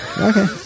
Okay